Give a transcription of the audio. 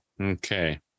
okay